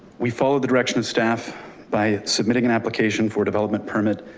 we follow the direction of staff by submitting an application for development permit,